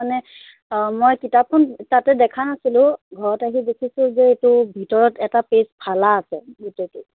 মানে অঁ মই কিতাপখন তাতে দেখা নাছিলোঁ ঘৰত আহি দেখিছোঁ যে এইটো ভিতৰত এটা পেইজ ফলা আছে গোটেইটো